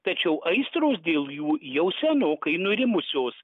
tačiau aistros dėl jų jau senokai nurimusios